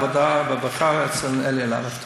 לוועדת העבודה והרווחה אצל אלי אלאלוף.